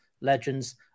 legends